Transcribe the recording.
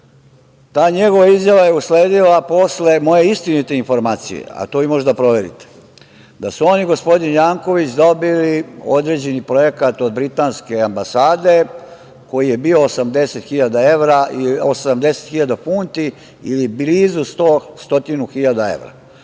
Ta njegova izvaja je usledila posle moje istinite informacije, a to vi možete da proverite, da su on i gospodin Janković dobili određeni projekat od britanske ambasade, koji je bio 80.000 funti, ili blizu 100.000